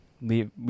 Leave